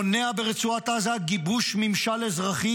מונע ברצועת עזה גיבוש ממשל אזרחי,